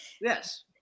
Yes